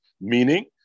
meaning